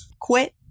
quit